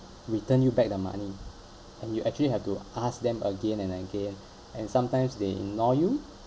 return you back the money and you actually have to ask them again and again and sometimes they ignore you